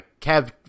Kev